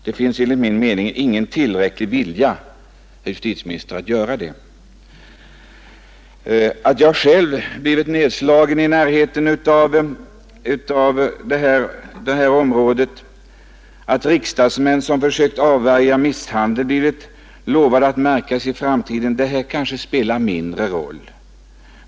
Det finns, enligt min mening, ingen tillräcklig vilja, herr justitieminister, att göra det. Att jag själv blivit nedslagen i närheten av det här området och att riksdagsmän som försökt avvärja misshandel blivit lovade att märkas i framtiden kanske spelar mindre roll.